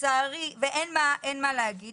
מי שמתנגד